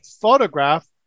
photograph